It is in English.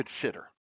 consider